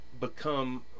become